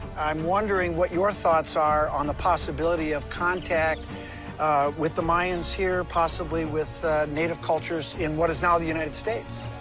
i'm wondering what your thoughts are on the possibility of contact with the mayans here possibly with the native cultures in what is now the united states.